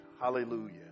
Hallelujah